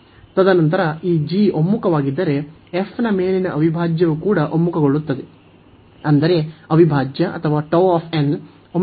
ತದನಂತರ ಈ g ಒಮ್ಮುಖವಾಗಿದ್ದರೆ fನ ಮೇಲಿನ ಅವಿಭಾಜ್ಯವು ಕೂಡ ಒಮ್ಮುಖಗೊಳ್ಳುತ್ತದೆ ಅಂದರೆ ಅವಿಭಾಜ್ಯ ಅಥವಾ Γ ಒಮ್ಮುಖವಾಗುತ್ತದೆ